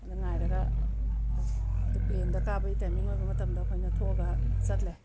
ꯑꯗ ꯉꯥꯏꯔꯒ ꯑꯗ ꯄ꯭ꯂꯦꯟꯗ ꯀꯥꯕꯒꯤ ꯇꯥꯏꯃꯤꯡ ꯑꯣꯏꯕ ꯃꯇꯝꯗ ꯑꯩꯈꯣꯏꯅ ꯊꯣꯛꯑꯒ ꯆꯠꯂꯦ